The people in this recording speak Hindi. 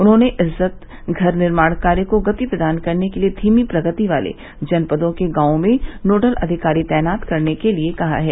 उन्होने इज्जतघर निर्माण कार्य को गति प्रदान करने के लिए धीमी प्रगति याले जनपदों के गांवों में नोडल अधिकारी तैनात करने के लिए कहा है